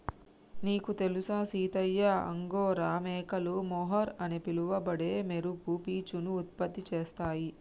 నీకు తెలుసు సీతయ్య అంగోరా మేకలు మొహర్ అని పిలవబడే మెరుపు పీచును ఉత్పత్తి చేస్తాయి